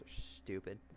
stupid